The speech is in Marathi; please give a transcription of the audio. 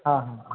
हां हां हां